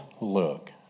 look